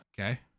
Okay